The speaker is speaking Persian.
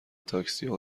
تاکسیا